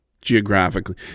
geographically